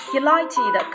Delighted